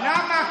לא לא לא,